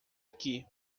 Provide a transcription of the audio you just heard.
aqui